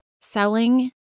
selling